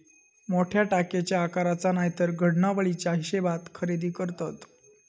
मोठ्या टाकयेच्या आकाराचा नायतर घडणावळीच्या हिशेबात खरेदी करतत